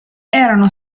erano